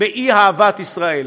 באי-אהבת ישראל,